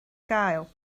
gael